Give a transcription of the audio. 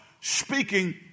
Speaking